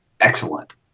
excellent